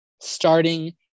starting